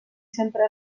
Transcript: sempre